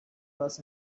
was